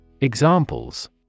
Examples